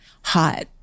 hot